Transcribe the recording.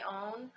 own